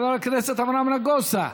חבר הכנסת אברהם נגוסה,